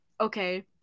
okay